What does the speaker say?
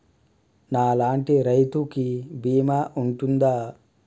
నా లాంటి రైతు కి బీమా ఉంటుందా?